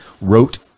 wrote